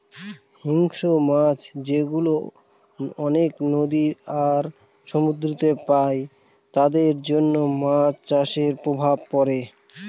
হিংস্র মাছ যেগুলা অনেক নদী আর সমুদ্রেতে পাই তাদের জন্য মাছ চাষের প্রভাব পড়ে